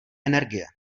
energie